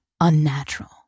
unnatural